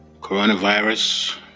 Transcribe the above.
Coronavirus